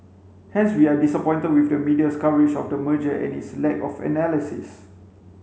hence we are disappointed with the media's coverage of the merger and its lack of analysis